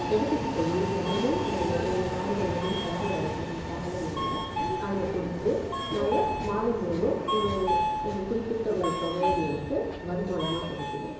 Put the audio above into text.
எடுத்துட்டு போய் தினமும் நாங்கள் எங்கள் மாடுகள்லேருந்து கறந்து வரக்கூடிய பாலை நாங்கள் அங்கே கொடுத்து நாங்கள் மாதந்தோறும் ஒரு ஒரு குறிப்பிட்ட ஒரு தொகை எங்களுக்கு வருமானமாக கிடைக்குது